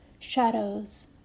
Shadows